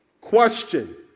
Question